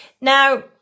Now